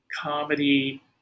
comedy